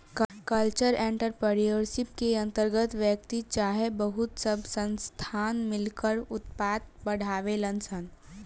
cultural entrepreneurship के अंतर्गत व्यक्ति चाहे बहुत सब संस्थान मिलकर उत्पाद बढ़ावेलन सन